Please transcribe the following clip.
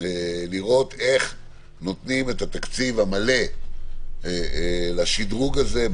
לראות איך נותנים את תקציב המלא לשדרוג הזה.